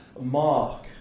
mark